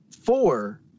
Four